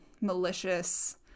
malicious